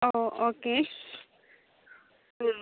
ഓ okay ആ